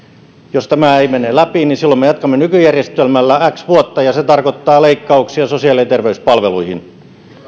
jos tämä ei mene läpi niin silloin me jatkamme nykyjärjestelmällä x vuotta ja se tarkoittaa leikkauksia sosiaali ja terveyspalveluihin